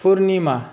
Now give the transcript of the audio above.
फुरनिमा